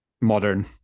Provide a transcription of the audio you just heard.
modern